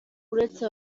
uretse